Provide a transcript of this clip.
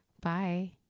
Bye